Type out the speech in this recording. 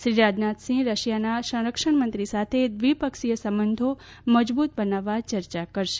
શ્રી રાજનાથસિંહ રશિયાના સંરક્ષણમંત્રી સાથે દ્વિપક્ષીય સંબંધો મજબૂત બનાવવા ચર્ચા કરશે